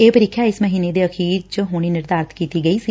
ਇਹ ਪ੍ਰੀਖਿਆ ਇਸ ਮਹੀਨੇ ਦੇ ਅਖੀਰ ਚ ਨਿਰਧਾਰਿਤ ਕੀਤੀ ਗਈ ਸੀ